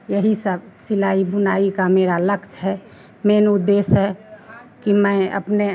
यही स सिलाई बुनाई का मेरा लक्ष्य है मेन उद्देश्य कि मैं अपने